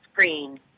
screen